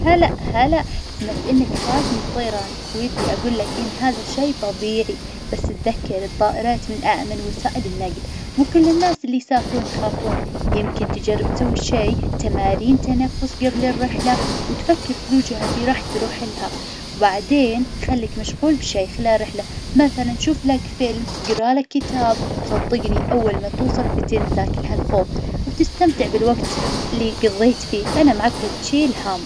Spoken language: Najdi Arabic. هلا هلا سمعت إنك خايف من الطيران، ودي أقول لك إن هذا شي طبيعي بس تذكر الطائرات من أأمن وسائل النقل. مو كل الناس اللي يسافرون يخافون يمكن تجرب تسوي شي تمارين تنفس قبل الرحلة وتفكر في الوجهة اللي راح تروح لها بعدين خلك مشغول بشي خلال الرحلة مثلا شوف لك فيلم اقرأ لك كتاب صدقني أول ما توصل بتنسى كل ها الخوف وبتستمتع بالوقت اللي قظيت فيه أنا معاك ولا تشيل هم.